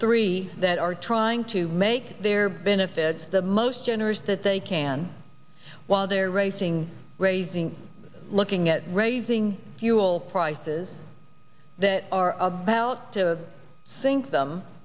three that are trying to make their benefits the most generous that they can while they're racing raising looking at raising fuel prices that are about to sink them